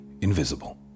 invisible